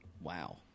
wow